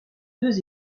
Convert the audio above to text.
deux